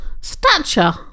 Stature